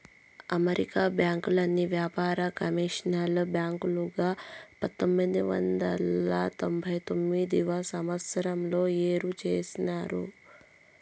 అమెరికాలో బ్యాంకుల్ని వ్యాపార, కమర్షియల్ బ్యాంకులుగా పంతొమ్మిది వందల తొంభై తొమ్మిదవ సంవచ్చరంలో ఏరు చేసినారు